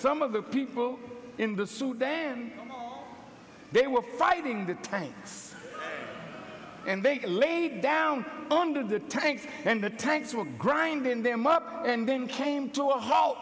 some of the people in the sudan they were fighting that time and they laid down under the tanks and the tanks were grinding them up and then came to a halt